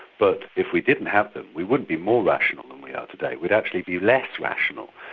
but if we didn't have them we wouldn't be more rational than we are today, we'd actually be less rational.